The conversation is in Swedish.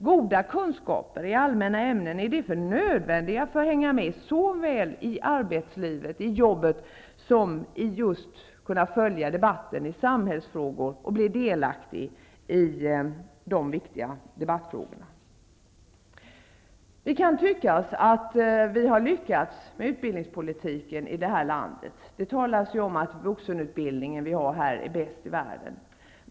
Goda kunskaper i allmänna ämnen är därför nödvändiga såväl för att hänga med i arbetslivet som för att kunna vara delaktig i debatten om samhällsfrågor. Det kan tyckas att vi har lyckats med utbildningspolitiken i det här landet. Det talas om att vuxenutbildningen här är bäst i världen.